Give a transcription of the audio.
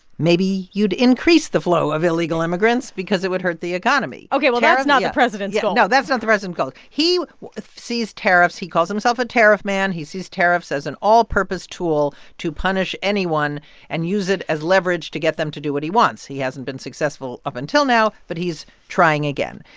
maybe you'd increase the flow of illegal immigrants because it would hurt the economy ok, well, that's not the president's goal no, that's not the president's goal. he sees tariffs he calls himself a tariff man. he sees tariffs as an all-purpose tool to punish anyone and use it as leverage to get them to do what he wants. he hasn't been successful up until now, but he's trying again.